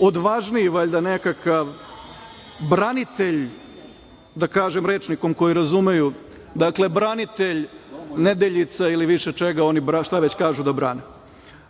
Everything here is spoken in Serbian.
odvažniji, valjda, nekakav branitelj, da kažem rečnikom koji razumeju, branitelj Nedeljica ili više čega, šta već oni kažu da brane.